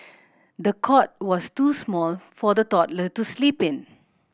the cot was too small for the toddler to sleep in